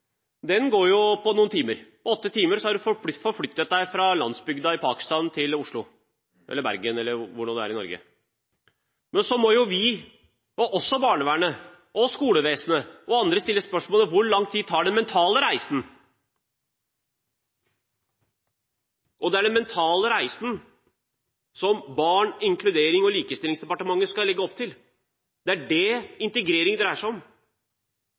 noen timer. På åtte timer har man forflyttet seg fra landsbygda i Pakistan til Oslo, Bergen eller hvor i Norge det nå er. Så må vi – og også barnevernet, skolevesenet og andre – stille spørsmålet: Hvor lang tid tar den mentale reisen? Det er den mentale reisen som Barne-, likestillings- og inkluderingsdepartementet skal legge opp til. Det er dét integrering dreier seg om.